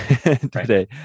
today